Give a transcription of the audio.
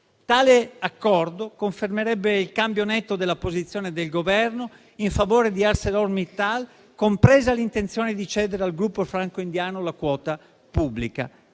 Tale accordo confermerebbe il cambio netto della posizione del Governo in favore di ArcelorMittal, compresa l'intenzione di cedere al gruppo franco-indiano la quota pubblica.